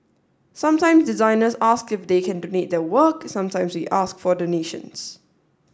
sometimes designers ask if they can donate their work sometimes we ask for donations